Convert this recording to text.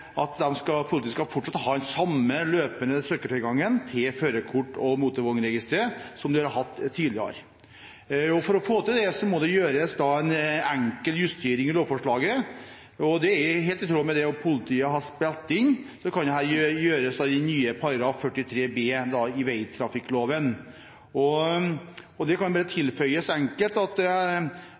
at politiet fortsatt skal ha den samme løpende søkertilgangen til førerkort- og motorvognregisteret som de har hatt tidligere. For å få til det må det gjøres en enkel justering av lovforslaget, og helt i tråd med det politiet har spilt inn, kan dette gjøres ved enkelt å tilføye i den nye § 43 b i veitrafikkloven: «til politimessige formål hvor det foreligger tjenestemessig behov for tilgangen, slik dette er definert i politiregisterloven § 2 nr. 13.» Jeg synes det er